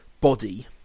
body